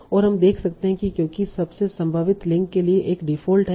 और हम देख सकते हैं क्योंकि सबसे संभावित लिंक के लिए एक डिफ़ॉल्ट है